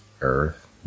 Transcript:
Earth